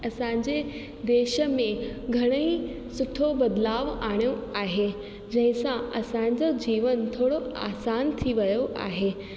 असांजे देश में घणेई सुठो बदिलाउ आणियो आहे जंहिंसां असांजो जीवन थोरो आसान थी वियो आहे